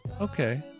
Okay